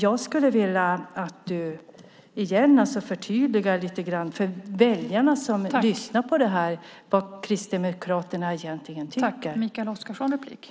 Jag skulle vilja att Mikael Oscarsson återigen förtydligar lite grann vad Kristdemokraterna egentligen tycker för de väljare som lyssnar.